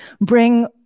bring